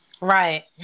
right